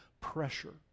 pressure